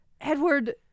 Edward